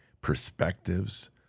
perspectives